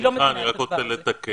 אני לא מבינה את הדבר הזה.